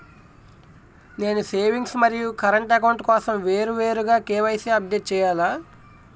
నేను సేవింగ్స్ మరియు current account కోసం వేరువేరుగా కే.వై.సీ అప్డేట్ చేయాలా?